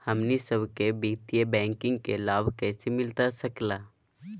हमनी सबके वित्तीय बैंकिंग के लाभ कैसे मिलता सके ला?